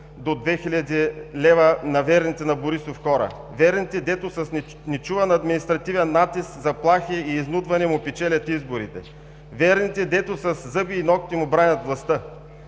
до 2000 лв. на верните на Борисов хора. Верните, дето с нечуван административен натиск, заплахи и изнудване му печелят изборите! Верните, дето със зъби и нокти му бранят властта!